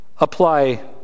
apply